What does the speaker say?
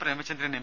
Premachandran M